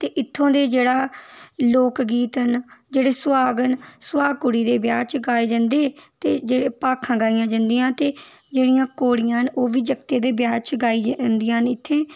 इत्थूं दा जेह्ड़े लोक गीत न सुहाग न सुहाग कुड़ी दे ब्याह च गाए जंदे भांखा गाइंया जदिंया जेह्डियां घोड़ियां न ओह् जागतै दे ब्याह च गाई जदियां न